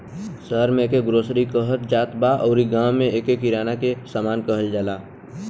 शहर में एके ग्रोसरी कहत जात बा अउरी गांव में एके किराना के सामान कहल जाला